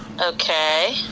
Okay